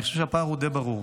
אני חושב שהפער די ברור.